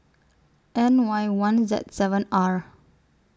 N Y one Z seven R